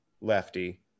lefty